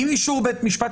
עם אישור בית המשפט,